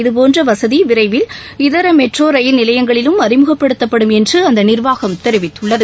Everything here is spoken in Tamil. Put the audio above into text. இதுபோன்றவசதிவிரைவில் இதரமெட்ரோரயில் நிலையங்களிலும் அறிமுகப்படுத்தப்படும் என்றுஅந்தநிர்வாகம் தெரிவித்துள்ளது